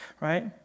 right